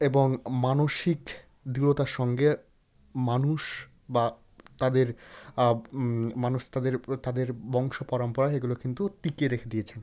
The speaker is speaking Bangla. এবং মানসিক দৃঢ়তার সঙ্গে মানুষ বা তাদের মানুষ তাদের তাদের বংশ পরম্পরা এগুলো কিন্তু টিকিয়ে রেখে দিয়েছেন